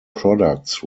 products